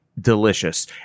delicious